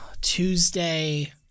Tuesday